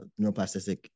neuroplastic